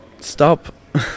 stop